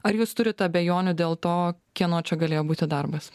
ar jūs turit abejonių dėl to kieno čia galėjo būti darbas